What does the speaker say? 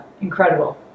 incredible